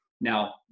Now